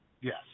Yes